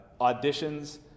auditions